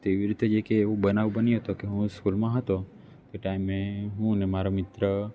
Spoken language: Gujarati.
તેવી રીતે જે કે એવું બનાવ બન્યો તો કે હું સ્કૂલમાં હતો એ ટાઈમે હું અને મારા મિત્ર